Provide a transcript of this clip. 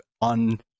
on